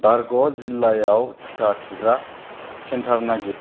बारगड़ जिल्लायाव टिका थुग्रा सेन्टार नागिर